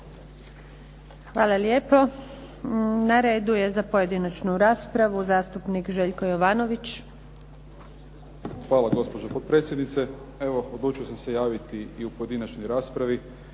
Hvala lijepo. Na redu je za pojedinačnu raspravu zastupnik Željko Jovanović. **Jovanović, Željko (SDP)** Hvala gospođo potpredsjednice, evo odlučio sam se javiti i u pojedinačnoj raspravi